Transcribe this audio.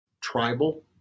tribal